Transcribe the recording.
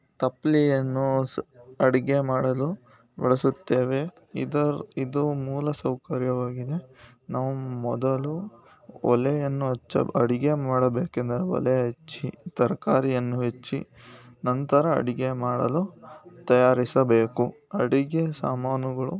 ತಪ್ಲೆಯನ್ನು ಸ್ ಅಡುಗೆ ಮಾಡಲು ಬಳಸುತ್ತೇವೆ ಇದರ ಇದು ಮೂಲ ಸೌಕರ್ಯವಾಗಿದೆ ನಾವು ಮೊದಲು ಒಲೆಯನ್ನು ಹಚ್ಚ ಅಡುಗೆ ಮಾಡಬೇಕೆಂದರೆ ಒಲೆ ಹಚ್ಚಿ ತರಕಾರಿಯನ್ನು ಹೆಚ್ಚಿ ನಂತರ ಅಡುಗೆ ಮಾಡಲು ತಯಾರಿಸಬೇಕು ಅಡುಗೆ ಸಾಮಾನುಗಳು